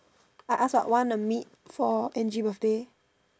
I ask her wanna meet for Angie birthday